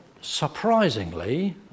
surprisingly